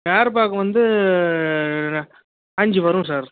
airbag வந்து அஞ்சு வரும் சார்